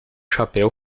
chapéu